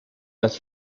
las